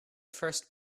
first